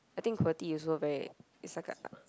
I think also very it's like a